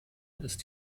ist